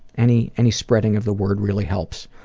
any any spreading of the word really helps.